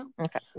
Okay